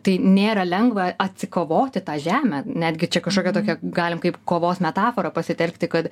tai nėra lengva atsikovoti tą žemę netgi čia kažkokią tokią galim kaip kovos metaforą pasitelkti kad